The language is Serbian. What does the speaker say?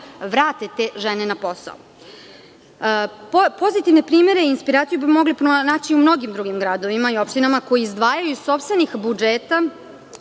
vrate te žene na posao. Pozitivne primere i inspiraciju bi mogli pronaći u mnogim drugim gradovima i opštinama koje izdvajaju iz sopstvenog budžeta,